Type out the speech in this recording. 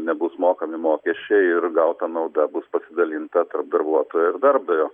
nebus mokami mokesčiai ir gauta nauda bus pasidalinta tarp darbuotojo darbdavio